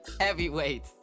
Heavyweight